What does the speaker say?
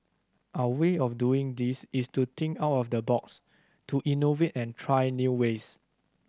our way of doing this is to think out of the box to innovate and try new ways